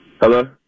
Hello